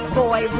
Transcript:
boy